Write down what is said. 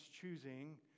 choosing